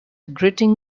gritting